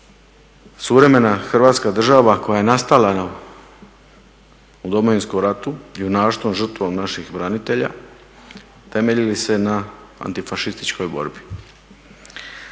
Suvremena Hrvatska država koja je nastala u Domovinskom ratu junaštvom, žrtvom naših branitelja temelji se na antifašističkoj borbi.